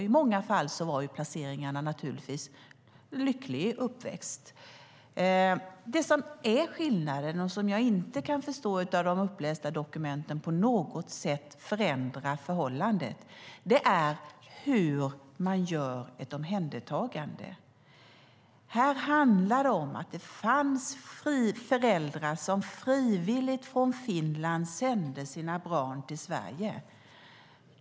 I många fall innebar placeringarna att de fick en lycklig uppväxt. Det som är skillnaden - och jag inte kan förstå av de upplästa dokumenten att de på något sätt kan förändra förhållandet - är hur man gör ett omhändertagande. Här handlar det om att det fanns föräldrar som frivilligt från Finland sände sina barn till Sverige.